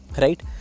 right